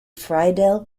friedel